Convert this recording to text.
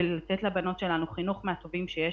ולתת לבנות שלנו חינוך מהטובים שיש,